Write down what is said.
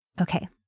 Okay